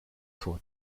tor